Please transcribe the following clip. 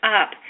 up